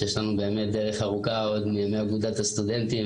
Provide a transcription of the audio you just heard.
שיש לנו באמת דרך ארוכה עוד מימי אגודת הסטודנטים,